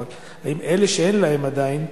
אבל האם אלה שאין להם עדיין,